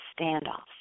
standoff